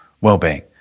well-being